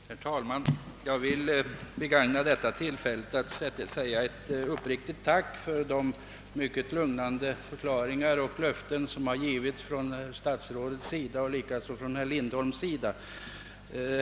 Herr talman! Jag vill begagna detta tillfälle att uttala ett uppriktigt tack för de mycket lugnande förklaringar och löften som herr statsrådet och herr Lindholm har givit.